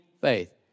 faith